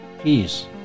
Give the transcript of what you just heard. peace